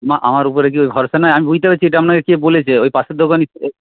আমার উপরে কি ভরসা নেই আমি বুঝতে পারছি এটা আপনাকে কে বলেছে ওই পাশের দোকানি